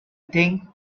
think